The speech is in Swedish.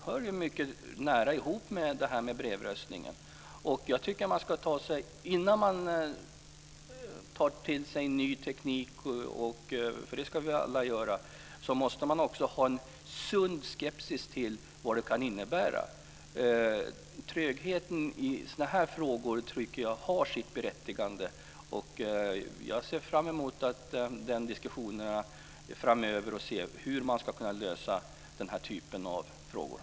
Det hör mycket nära ihop med brevröstningen. Jag tycker att man innan man tar till sig ny teknik, för det ska vi alla göra, också måste ha en sund skepsis till vad den kan innebära. Trögheten i sådana här frågor tycker jag har sitt berättigande, och jag ser fram emot diskussionen framöver om hur man ska kunna lösa den här typen av frågor.